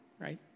right